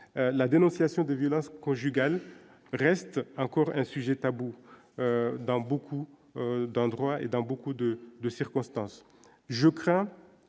la dénonciation des violences conjugales reste encore un sujet tabou dans beaucoup d'endroits et dans beaucoup de de circonstance, je crains